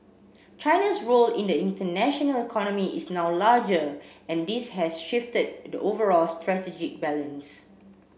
China's role in the international economy is now larger and this has shifted the overall strategic balance